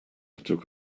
took